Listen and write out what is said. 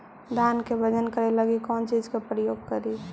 धान के बजन करे लगी कौन चिज के प्रयोग करि?